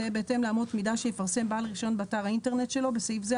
תהיה בהתאם לאמות מידה שיפרסם בעל הרישיון באתר האינטרנט שלו (בסעיף זה,